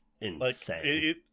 insane